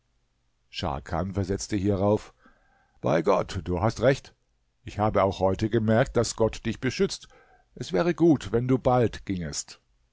scharkan versetzte hierauf bei gott du hast recht ich habe auch heute gemerkt daß gott dich beschützt es wäre gut wenn du bald gingest